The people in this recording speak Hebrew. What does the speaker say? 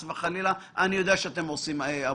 אני יודע שאתם עושים עבודה,